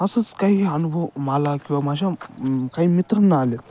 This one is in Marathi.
असंच काही अनुभव मला किंवा माझ्या काही मित्रांना आलेत